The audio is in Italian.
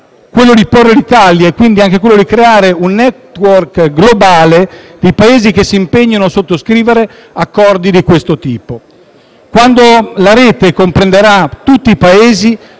L'obiettivo deve essere quello di creare un *network* globale di Paesi che si impegnano a sottoscrivere accordi di questo tipo. Quando la rete comprenderà tutti i Paesi